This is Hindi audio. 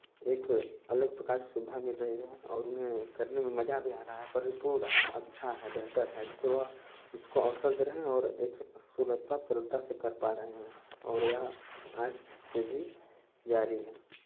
एक अलग प्रकार की सुविधा मिल रही है और उन्हें करने में मज़ा भी आ रहा है परिपूर्ण है अच्छा है बेहतर है जिससे वह इसको अवसर दे रहे हैं और एक सुलभता सरलता से कर पा रहे हैं और यह आज से भी जारी है